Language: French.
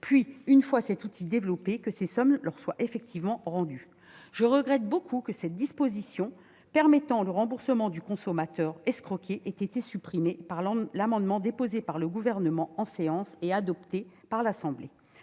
Une fois cet outil développé, les sommes en question leur auraient été effectivement rendues. Je regrette beaucoup que cette disposition permettant le remboursement des consommateurs escroqués ait été supprimée par l'amendement déposé par le Gouvernement et adopté par l'Assemblée